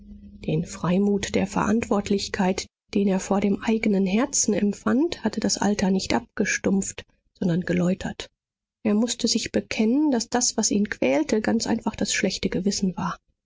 den freimut der verantwortlichkeit den er vor dem eignen herzen empfand hatte das alter nicht abgestumpft sondern geläutert er mußte sich bekennen daß das was ihn quälte ganz einfach das schlechte gewissen war